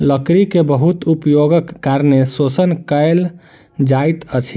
लकड़ी के बहुत उपयोगक कारणें शोषण कयल जाइत अछि